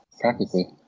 Practically